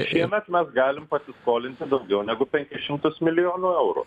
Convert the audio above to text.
šiemet mes galim pasiskolinti daugiau negu penkis šimtus milijonų eurų